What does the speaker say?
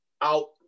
out